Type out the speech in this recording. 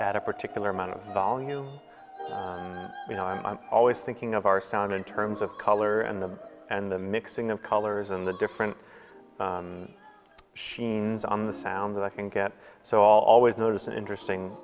at a particular amount of volume you know i'm always thinking of our sound in terms of color and them and the mixing of colors and the different sheens on the sound that i can get so all always notice an interesting